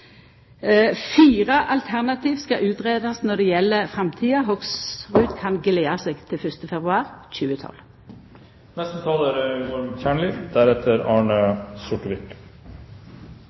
Fire alternativ skal utgreiast når det gjeld framtida. Hoksrud kan gleda seg til 1. februar